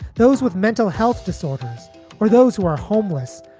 those with mental health disorders or those who are homeless,